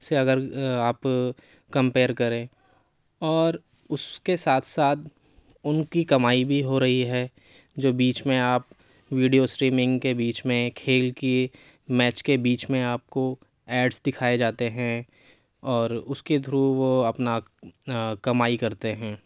سے اگر آپ کمپیر کریں اور اُس کے ساتھ ساتھ اُن کی کمائی بھی ہو رہی ہے جو بیچ میں آپ ویڈیو اسٹریمنگ کے بیچ میں کھیل کی میچ کے بیچ میں آپ کو ایڈس دکھائے جاتے ہیں اور اُس کے تھرو وہ اپنا کمائی کرتے ہیں